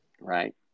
Right